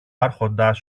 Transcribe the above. άρχοντας